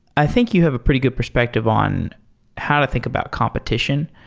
i think you have a pretty good perspective on how to think about competition.